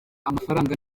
amafaranga